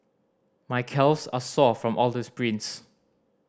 my calves are sore from all the sprints